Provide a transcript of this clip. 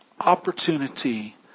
opportunity